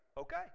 okay